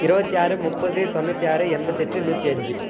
இருபத்தி ஆறு முப்பது தொண்ணூற்றி ஆறு எண்பத்தெட்டு நூற்றி அஞ்சு